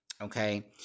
Okay